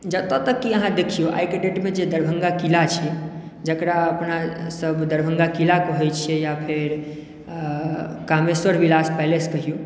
जतऽ तक अहाँ देखियौ आइके डेट मे जे दरभङ्गा कीला छै जेकरा अपनासभ दरभङ्गा कीला कहै छियै या फेर कामेश्वरविलास पैलेस कहियौ